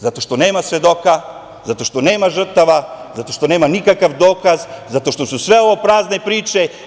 Zato što nema svedoka, zato što nema žrtava, zato što nema nikakav dokaz, zato što su sve ovo prazne priče.